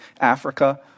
Africa